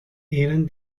eran